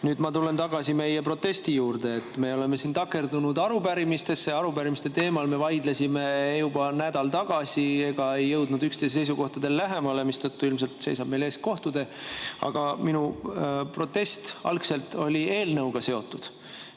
ma tulen tagasi meie protesti juurde. Me oleme siin takerdunud arupärimistesse. Arupärimiste teemal me vaidlesime juba nädal tagasi ega jõudnud üksteise seisukohtadele lähemale, mistõttu ilmselt seisab meil ees kohtutee. Aga minu protest algselt oli eelnõuga seotud.